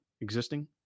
existing